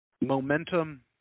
momentum